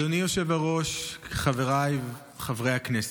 אדוני היושב-ראש, חבריי חברי הכנסת,